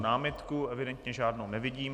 Námitku evidentně žádnou nevidím.